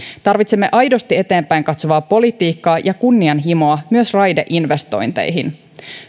tarvitsemme aidosti eteenpäin katsovaa politiikkaa ja kunnianhimoa myös raideinvestointeihin